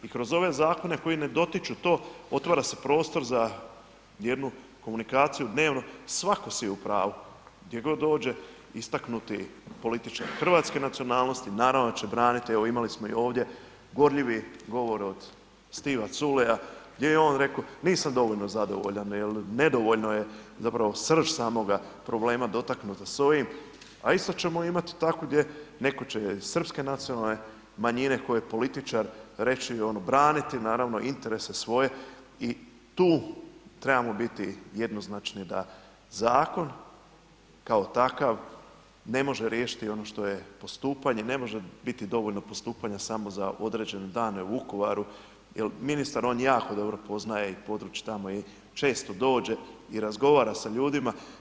I kroz zakone koji me dotiču to otvara se prostor za jednu komunikaciju dnevno, svako si je u pravu, gdje god dođe istaknuti političar hrvatske nacionalnosti naravno da će braniti, evo imali smo i ovdje gorljivi govor od Stiva Culeja gdje je on rekao nisam dovoljno zadovoljan, jer nedovoljno je zapravo srž samoga problema dotaknuta s ovim, a isto ćemo imati tako gdje netko će iz srpske nacionalne manjine tko je političar reći ono braniti naravno interese svoje i tu trebamo biti jednoznačni da zakon kao takav ne može riješiti ono što je postupanje, ne može biti dovoljno postupanja samo za određene dane u Vukovaru jer ministar on jako dobro poznaje i područje tamo i često dođe i razgovara sa ljudima.